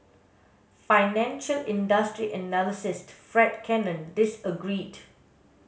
financial industry analyst Fred Cannon disagreed